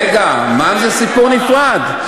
רגע, מע"מ זה סיפור נפרד.